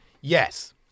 yes